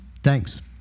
Thanks